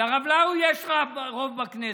לרב לאו יש רוב בכנסת.